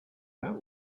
that